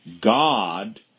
God